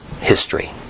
history